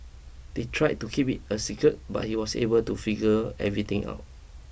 they tried to keep it a secret but he was able to figure everything out